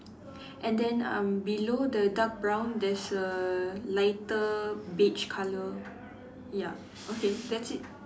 and then um below the dark brown there's a lighter beige color ya okay that's it